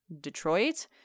Detroit